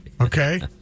Okay